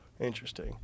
interesting